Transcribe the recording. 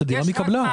זו דירה מקבלן.